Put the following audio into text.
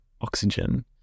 oxygen